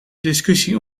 discussie